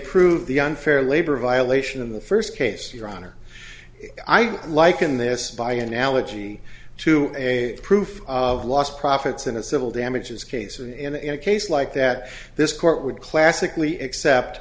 prove the unfair labor violation in the first case your honor i'd liken this by analogy to a proof of lost profits in a civil damages case and in a case like that this court would classically except